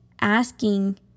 asking